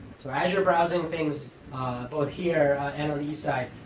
so as you're browsing things both here and on the east side,